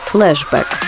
Flashback